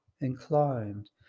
inclined